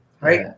right